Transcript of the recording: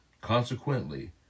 Consequently